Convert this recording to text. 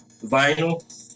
vinyl